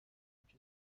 which